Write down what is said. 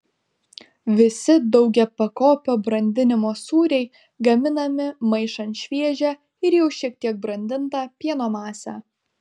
visi daugiapakopio brandinimo sūriai gaminami maišant šviežią ir jau šiek tiek brandintą pieno masę